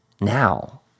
now